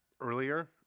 earlier